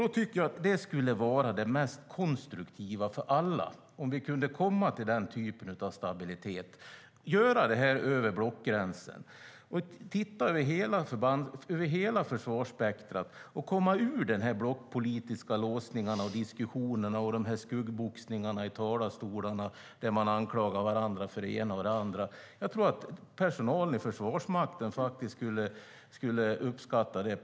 Jag tycker att det skulle vara det mest konstruktiva för alla om vi kunde komma till den typen av stabilitet, göra det här över blockgränsen, titta över hela försvarsspektrumet och komma ur de här blockpolitiska låsningarna, diskussionerna och skuggboxningarna i talarstolarna där man anklagar varandra för det ena och det andra. Jag tror att personalen i Försvarsmakten faktiskt skulle uppskatta det.